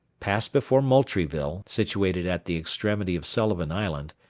passed before moultrieville, situated at the extremity of sullivan island,